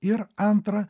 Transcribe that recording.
ir antra